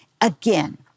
Again